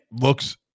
looks